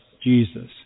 Jesus